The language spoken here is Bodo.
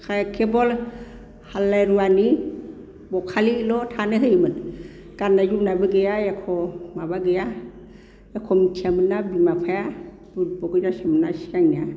केबल हालुवा रुवानि बखालिल' थानो होयोमोन गाननाय जोमनायबो गैया एख' माबा गैया एख' मिथियामोनना बिमा बिफाया बुरबख गोजासोमोन ना सिगांनिया